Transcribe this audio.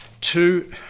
two